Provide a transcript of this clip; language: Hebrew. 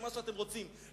ומה שאתם רוצים,